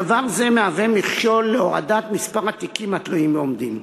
דבר זה מהווה מכשול להורדת מספר התיקים התלויים ועומדים.